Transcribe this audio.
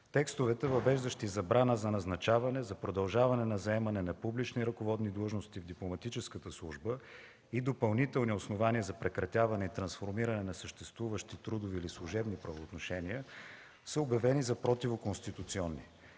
текстовете, въвеждащи забрана за назначаване, за продължаване на заемане на публични ръководни длъжности в дипломатическата служба и допълнителни основания за прекратяване и трансформиране на съществуващи трудови или служебни правоотношения, са обявени за противоконституционни.